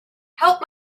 help